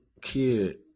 kid